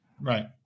Right